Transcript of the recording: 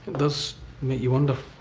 does make you wonder,